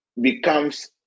becomes